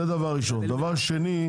זה דבר ראשון, דבר שני.